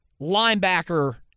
Linebacker